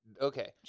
Okay